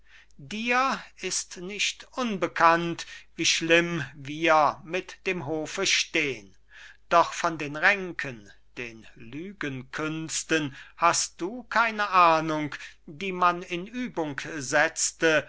dir ist nicht unbekannt wie schlimm wir mit dem hofe stehn doch von den ränken den lügenkünsten hast du keine ahnung die man in übung setzte